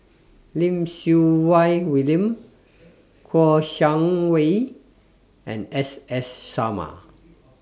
Lim Siew Wai William Kouo Shang Wei and S S Sarma